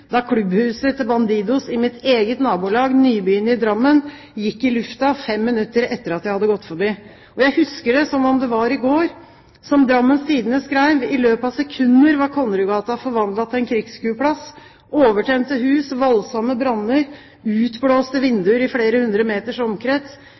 da klubbhuset til Bandidos i mitt eget nabolag, Nybyen i Drammen, gikk i lufta fem minutter etter at jeg hadde gått forbi. Jeg husker det som om det var i går. Som Drammens Tidende skrev: «I løpet av sekunder var Konnerudgata forvandlet til en krigsskueplass. Overtente hus. Voldsomme branner. Utblåste